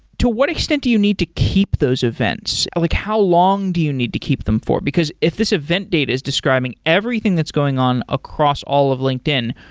to what extent do you need to keep those events? like how long do you need to keep them for? because if this event data is describing everything that's going on across all of linkedin,